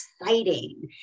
exciting